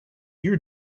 your